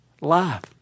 life